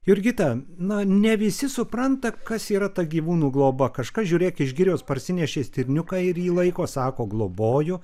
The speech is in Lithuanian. jurgita na ne visi supranta kas yra ta gyvūnų globa kažkas žiūrėk iš girios parsinešė stirniuką ir jį laiko sako globoju